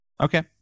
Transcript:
Okay